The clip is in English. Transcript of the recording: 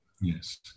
Yes